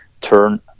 turn